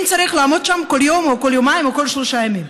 אם צריך לעמוד שם כל יום או כל יומיים או כל שלושה ימים,